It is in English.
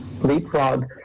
Leapfrog